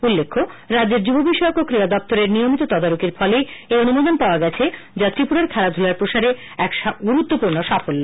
উল্লেখ্য রাজ্যের মুব বিষয়ক ও ক্রীড়া দপ্তরের নিয়মিত তদারকির ফলেই এই অনুমোদন পাওয়া গেছে যা ত্রিপুরার খেলাধুলার প্রসারে এক গুরুত্বপূর্ণ সাফল্য